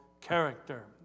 character